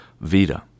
Vita